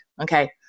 Okay